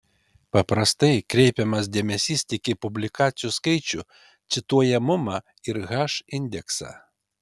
paprastai kreipiamas dėmesys tik į publikacijų skaičių cituojamumą ir h indeksą